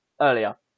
earlier